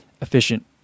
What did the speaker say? efficient